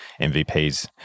MVPs